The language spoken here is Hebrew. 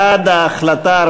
בעד ההחלטה,